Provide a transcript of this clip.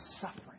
suffering